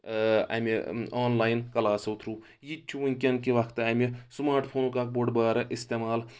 اَمہِ آنلاین کلاسو تھروٗ یہِ تہِ چھُ وٕنکیٚن کہِ وقتہٕ امہِ سماٹ فونُک اکھ بوٚڑ بارٕ استعمال